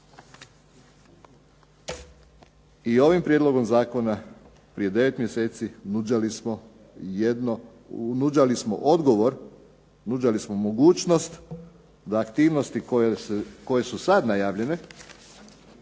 I ovim prijedlogom zakona prije 9 mjeseci nudili smo odgovornost nudili smo mogućnost da aktivnosti koje su sada najavljene